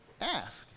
ask